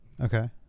okay